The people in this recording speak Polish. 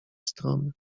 strony